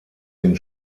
den